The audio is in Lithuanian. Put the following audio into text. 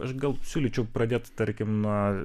aš gal siūlyčiau pradėt tarkim nuo